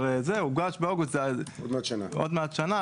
עוד מעט כבר שנה.